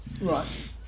Right